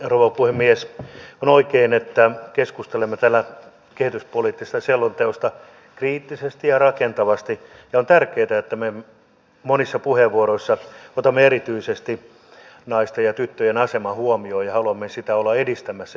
on oikein että keskustelemme täällä kehityspoliittisesta selonteosta kriittisesti ja rakentavasti ja on tärkeää että me monissa puheenvuoroissamme otamme erityisesti naisten ja tyttöjen aseman huomioon ja haluamme sitä olla edistämässä